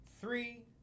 three